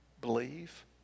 believe